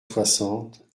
soixante